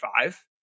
five